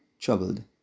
troubled